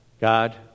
God